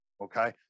okay